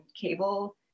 cable